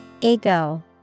Ego